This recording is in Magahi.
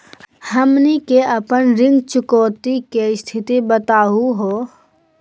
हमनी के अपन ऋण चुकौती के स्थिति बताहु हो?